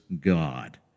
God